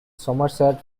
somerset